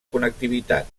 connectivitat